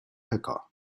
höcker